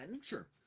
Sure